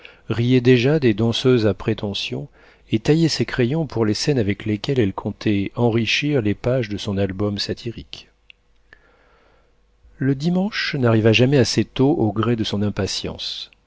riait déjà des danseuses à prétentions et taillait ses crayons pour les scènes avec lesquelles elle comptait enrichir les pages de son album satirique le dimanche n'arriva jamais assez tôt au gré de son impatience